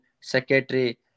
secretary